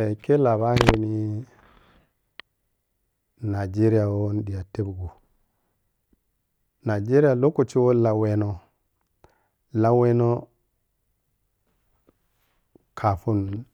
Eh-khe labarini nijeriga woh ni ɓita tebgo nijeriya lokaci woh lauweno, lauweno kapu-kapun